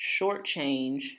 shortchange